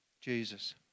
Jesus